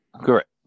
Correct